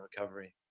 recovery